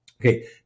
Okay